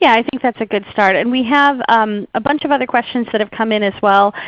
yeah i think that's a good start. and we have um a bunch of other questions that have come in as well.